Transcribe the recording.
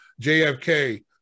JFK